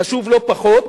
חשוב לא פחות,